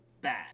bad